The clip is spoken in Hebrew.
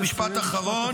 זה משפט אחרון.